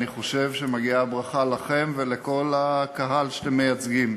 אני חושב שמגיעה ברכה לכם ולכל הקהל שאתם מייצגים,